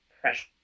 pressure